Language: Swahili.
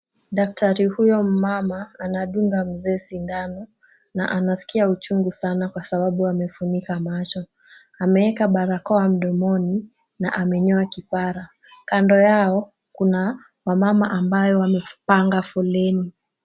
Daktari huyo mmama anadunga mzee sindano na anaskia uchungu sana kwa sababu amefunika macho. Ameeka barakoa mdomoni na amenyoa kipara. Kando yao, kuna wamama ambayo wamepanga foleni.